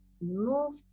move